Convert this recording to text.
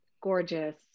Gorgeous